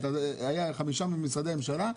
היו חמישה ממשרדי הממשלה,